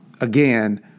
again